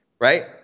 Right